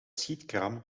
schietkraam